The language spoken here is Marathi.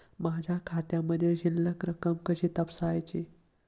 माझ्या खात्यामधील शिल्लक रक्कम कशी तपासायची?